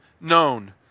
known